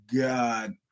God